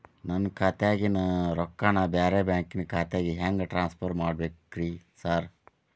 ನನ್ನ ಖಾತ್ಯಾಗಿನ ರೊಕ್ಕಾನ ಬ್ಯಾರೆ ಬ್ಯಾಂಕಿನ ಖಾತೆಗೆ ಹೆಂಗ್ ಟ್ರಾನ್ಸ್ ಪರ್ ಮಾಡ್ಬೇಕ್ರಿ ಸಾರ್?